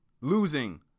losing